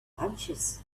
hunches